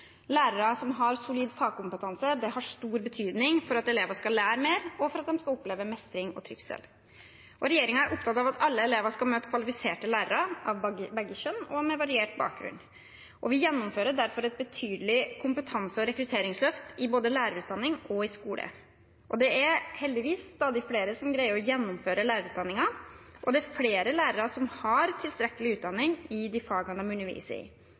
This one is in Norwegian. Lærere som har solid fagkompetanse, er av stor betydning for at elever skal lære mer og oppleve mestring og trivsel. Regjeringen er opptatt av at alle elever skal møte kvalifiserte lærere av begge kjønn og med variert bakgrunn. Vi gjennomfører derfor et betydelig kompetanse- og rekrutteringsløft i både lærerutdanning og skole. Det er heldigvis stadig flere som greier å gjennomføre lærerutdanningen, og det er flere lærere som har tilstrekkelig utdanning i fagene de underviser i,